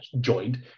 joined